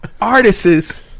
artists